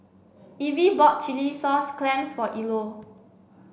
Evie bought Chilli Sauce Clams for Ilo